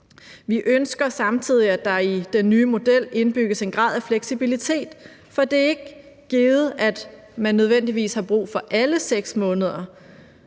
Vi ønsker samtidig, at der i den nye model indbygges en grad af fleksibilitet, for det er ikke givet, at man nødvendigvis har brug for alle 6 måneder.